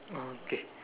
okay